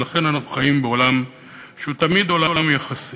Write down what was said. ולכן אנחנו חיים בעולם שהוא תמיד עולם יחסי.